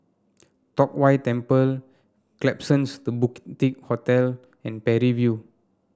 Tong Whye Temple Klapsons The Hotel and Parry View